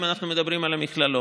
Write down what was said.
אם אנחנו מדברים על המכללות,